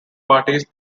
parties